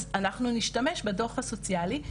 אז אנחנו נשתמש בדוח הסוציאלי.